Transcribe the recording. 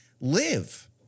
live